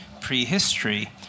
prehistory